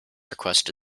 requests